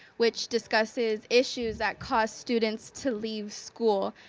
which discusses issues that cause students to leave school.